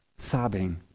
sobbing